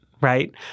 right